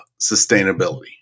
sustainability